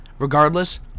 Regardless